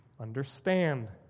understand